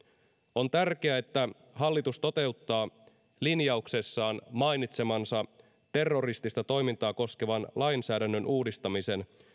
on tärkeää että hallitus toteuttaa linjauksessaan mainitsemansa terroristista toimintaa koskevan lainsäädännön uudistamisen